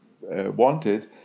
wanted